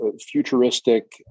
futuristic